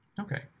Okay